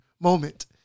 moment